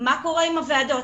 מה קורה עם הוועדות.